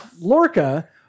Lorca